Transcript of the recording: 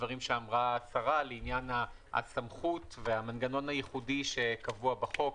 לדברים שאמרה השרה לעניין הסמכות והמנגנון הייחודי שקבוע בחוק,